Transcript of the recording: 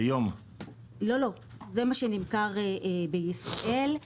זה מה שנמכר בישראל.